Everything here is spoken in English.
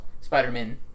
Spider-Man